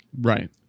Right